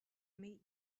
meet